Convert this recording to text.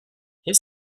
his